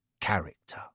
character